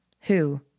Who